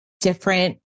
different